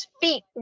feet